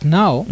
now